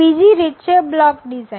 બીજી રીત છે બ્લોક ડિઝાઇન